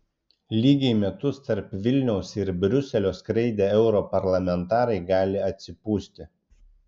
lygiai metus tarp vilniaus ir briuselio skraidę europarlamentarai gali atsipūsti